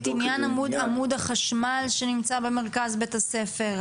את עניין עמוד החשמל שנמצא במרכז בית הספר,